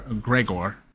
Gregor